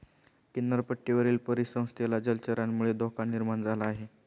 किनारपट्टीवरील परिसंस्थेला जलचरांमुळे धोका निर्माण झाला आहे